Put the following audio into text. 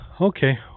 Okay